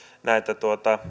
näitä